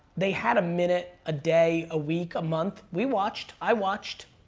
they had a minute, a day, a week, a month. we watched, i watched,